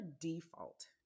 default